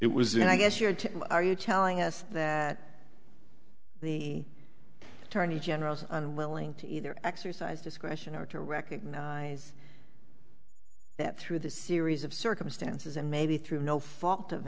it was and i guess your are you telling us that the attorney general's unwilling to either exercise discretion or to recognize that through the series of circumstances and maybe through no fault of